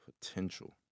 potential